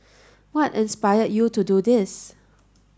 what inspired you to do this